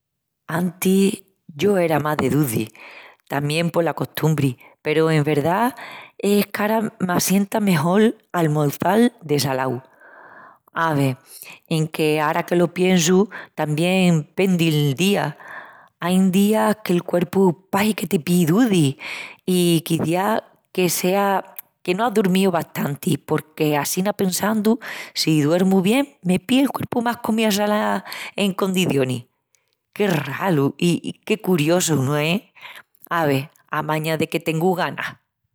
Antis yo era más de duci, tamién pola costumbri, peru en verdá es qu’ara m'assienta mejol l’almozal de salau. Ave, enque ara que lo piensu tamién pendi'l día. Ain días qu'el cuerpu pahi que te píi duci i quiciás que sea que no ás dormíu bastanti porque assina pensandu, si duermu bien me pii el cuerpu más comía salá en condicionis. Qué ralu i qué curiosu, no es? Ave amañana de qué tengu ganas!